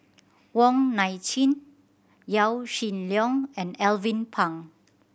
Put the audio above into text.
Wong Nai Chin Yaw Shin Leong and Alvin Pang